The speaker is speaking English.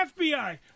FBI